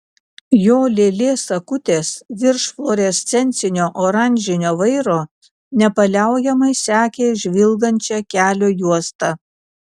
jo lėlės akutės virš fluorescencinio oranžinio vairo nepaliaujamai sekė žvilgančią kelio juostą